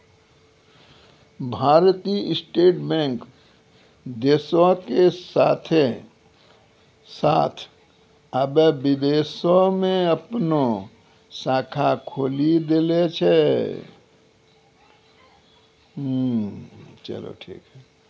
भारतीय state bank देशो के साथे साथ अबै विदेशो मे अपनो शाखा खोलि देले छै